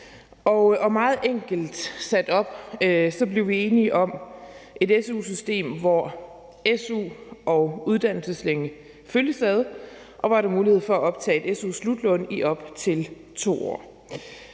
Meget enkelt sat op blev vi enige om et su-system, hvor su og uddannelseslængde følges ad, og hvor der er mulighed for at optage su-slutlån i op til 2 år.